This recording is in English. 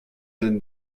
than